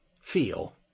feel